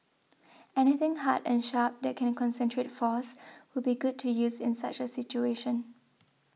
anything hard and sharp that can concentrate force would be good to use in such a situation